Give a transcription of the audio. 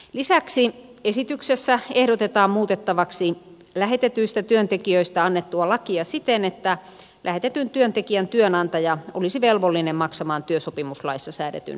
lisäksi esityksessä ehdotetaan muutettavaksi lähetetyistä työntekijöistä annettua lakia siten että lähetetyn työntekijän työnantaja olisi velvollinen maksamaan työsopimuslaissa säädetyn seuraamusmaksun